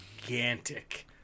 gigantic